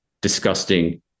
disgusting